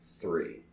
Three